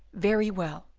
very well!